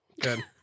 Good